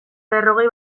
berrogei